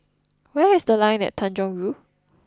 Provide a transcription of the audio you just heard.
where is The Line at Tanjong Rhu